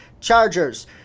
Chargers